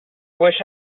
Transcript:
wish